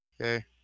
Okay